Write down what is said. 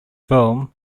film